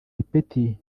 ipeti